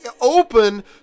open